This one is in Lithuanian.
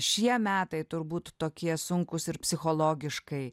šie metai turbūt tokie sunkūs ir psichologiškai